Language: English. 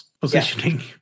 positioning